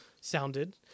sounded